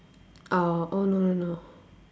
uh oh no no no